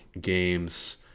games